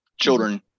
Children